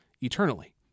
eternally